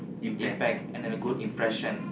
impact and a good impression